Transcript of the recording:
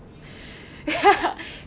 ya